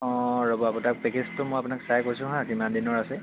অঁ ৰ'ব আপোনাৰ পেকেজটো মই আপোনাক চাই কৈছোঁ হা কিমান দিনৰ আছে